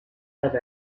have